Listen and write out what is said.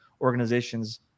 organization's